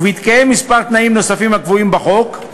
ובהתקיים כמה תנאים נוספים הקבועים בחוק,